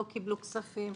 לא קיבלו כספים,